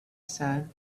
said